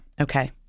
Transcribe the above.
Okay